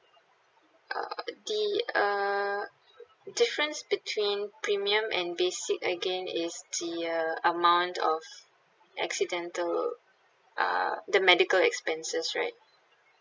uh the uh difference between premium and basic again is the uh amount of accidental uh the medical expenses right